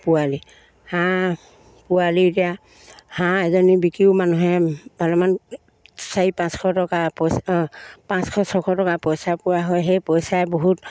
পোৱালি হাঁহ পোৱালি এতিয়া হাঁহ এজনী বিকিও মানুহে অলপমান চাৰি পাঁচশ টকা পইচা অ পাঁচশ ছশ টকা পইচা পোৱা হয় সেই পইচাই বহুত